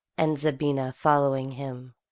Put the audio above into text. and zabina following him.